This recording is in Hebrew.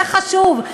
זה חשוב,